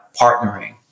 partnering